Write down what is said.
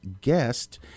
guest